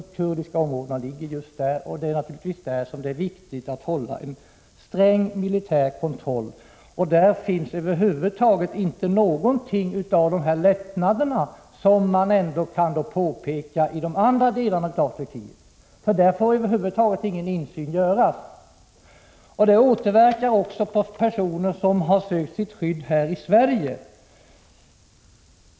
De kurdiska områdena ligger just där, och det är naturligtvis där det är viktigt att hålla en sträng militär kontroll. Där finns över huvud taget inte någonting av de lättnader som man trots allt kan peka på när det gäller de andra delarna av Turkiet. I de här kurdiska områdena tillåts ingen insyn över huvud taget. Detta återverkar också på personer som har sökt skydd här i Sverige.